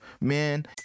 man